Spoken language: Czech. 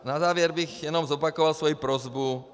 Na závěr bych jenom zopakoval svoji prosbu.